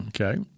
Okay